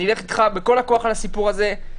אני אלך איתך בכל הכוח על הסיפור הזה.